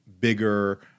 bigger